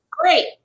great